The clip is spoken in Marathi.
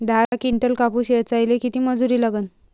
दहा किंटल कापूस ऐचायले किती मजूरी लागन?